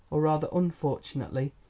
or rather unfortunately,